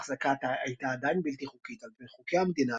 האחזקה הייתה עדיין בלתי חוקית על פי חוקי המדינה